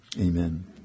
Amen